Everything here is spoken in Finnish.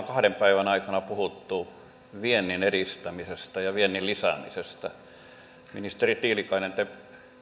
kahden päivän aikana puhuttu viennin edistämisestä ja viennin lisäämisestä ministeri tiilikainen te